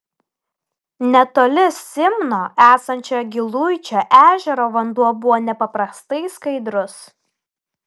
netoli simno esančio giluičio ežero vanduo buvo nepaprastai skaidrus